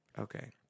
Okay